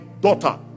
daughter